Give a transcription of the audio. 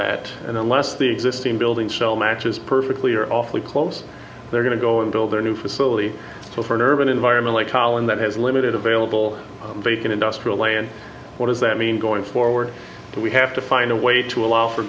that and unless the existing building still matches perfectly or awfully close they're going to go and build a new facility so for an urban environment like holland that has limited available they can industrial land what does that mean going to or were we have to find a way to allow for